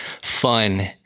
fun